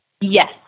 Yes